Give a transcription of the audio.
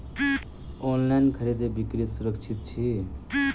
online खरीदै बिक्री सुरक्षित छी